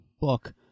book